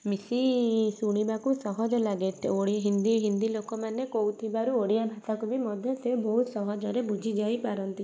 ମିଶି ଶୁଣିବାକୁ ସହଜ ଲାଗେ ହିନ୍ଦୀ ହିନ୍ଦୀ ଲୋକମାନେ କହୁଥିବାରୁ ଓଡ଼ିଆ ଭାଷାକୁ ବି ମଧ୍ୟ ସେ ବହୁତ ସହଜରେ ବୁଝି ଯାଇପାରନ୍ତି